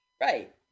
Right